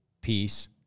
peace